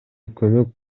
көмөк